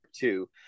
two